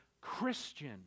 Christian